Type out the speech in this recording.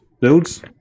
builds